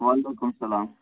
وعلیکُم سلام